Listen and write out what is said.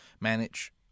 manage